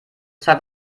zwei